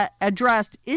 addressed